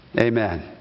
Amen